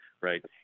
right